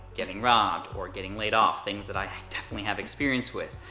getting robbed, or getting laid off. things that i definitely have experience with.